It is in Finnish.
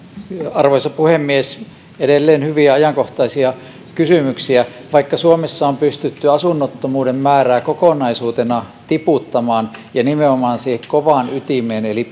arvoisa puhemies edelleen hyviä ajankohtaisia kysymyksiä vaikka suomessa on pystytty asunnottomuuden määrää kokonaisuutena tiputtamaan ja saamaan apua nimenomaan siihen kovaan ytimeen eli